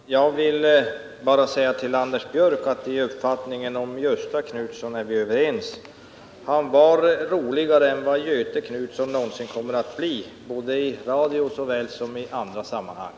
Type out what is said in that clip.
Herr talman! Jag vill bara säga till Anders Björck att i uppfattningen om Gösta Knutsson är vi överens. Han var roligare än vad Göthe Knutson någonsin kommer att bli, i radio såväl som i andra sammanhang.